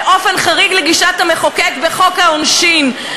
באופן חריג לגישת המחוקק בחוק העונשין,